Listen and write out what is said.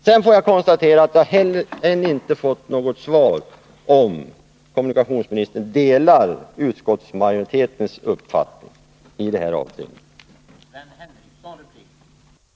Jag får vidare konstatera att jag ännu inte har fått något svar på min fråga om kommunikationsministern delar utskottsmajoritetens uppfattning när det gäller SJ:s verkstadsrörelse.